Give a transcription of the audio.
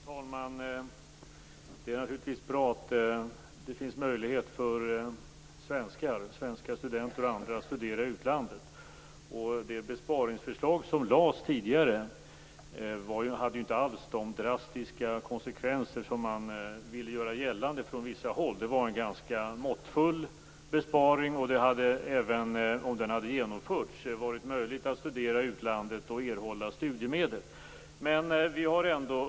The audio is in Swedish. Fru talman! Det är naturligtvis bra att det finns möjlighet för svenska studenter och andra att studera i utlandet. Det besparingsförslag som tidigare lades fram hade ju inte alls de drastiska konsekvenser som man från vissa håll vill göra gällande. Det var en ganska måttfull besparing. Även om den hade genomförts hade det varit möjligt att studera i utlandet och erhålla studiemedel.